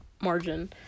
margin